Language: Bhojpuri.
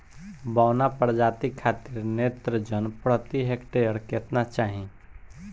बौना प्रजाति खातिर नेत्रजन प्रति हेक्टेयर केतना चाही?